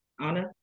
Anna